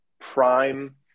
prime